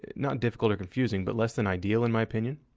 not difficult or confusing, but less than ideal, in my opinion.